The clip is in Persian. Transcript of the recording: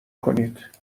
کنید